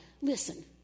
Listen